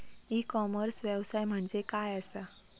E commerce व्यवसाय म्हणजे काय असा?